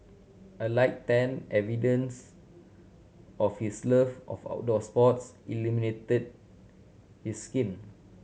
a light tan evidence of his love of outdoor sports illuminated his skin